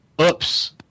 oops